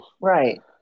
Right